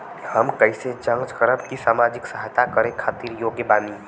हम कइसे जांच करब की सामाजिक सहायता करे खातिर योग्य बानी?